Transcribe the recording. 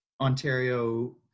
Ontario